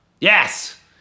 yes